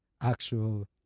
actual